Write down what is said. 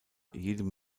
jedem